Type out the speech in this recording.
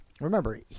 remember